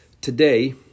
today